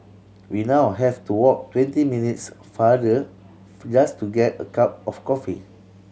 we now have to walk twenty minutes farther just to get a cup of coffee